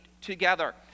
together